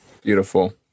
beautiful